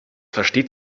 versteht